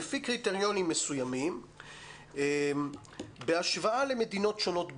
לפי קריטריונים מסוימים בהשוואה למדינות שונות בעולם,